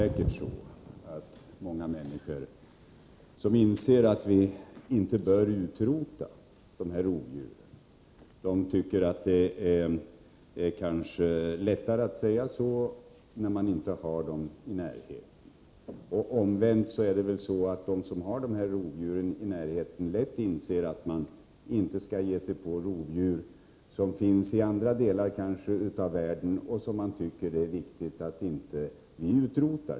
Herr talman! Till slut: Många människor som inser att vi inte bör utrota dessa rovdjur tycker kanske att det är lättare att säga så när man inte har dem inärheten. Omvänt inser nog de som har dessa rovdjur i närheten lätt att man inte skall ge sig på rovdjur som finns i andra delar av världen och som man tycker det är viktigt att inte utrota.